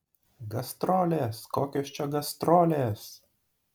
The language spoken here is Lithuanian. gastrolės kokios čia gastrolės